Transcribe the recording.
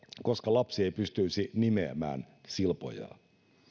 koska lapsi ei pystyisi nimeämään silpojaa